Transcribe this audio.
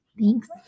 Thanks